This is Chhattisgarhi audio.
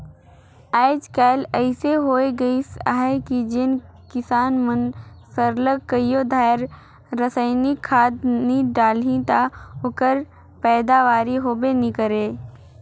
आएज काएल अइसे होए गइस अहे कि जेन किसान मन सरलग कइयो धाएर रसइनिक खाद नी डालहीं ता ओकर पएदावारी होबे नी करे